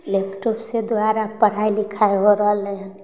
लैपटॉपसँ द्वारा पढ़ाइ लिखाइ हो रहलै हन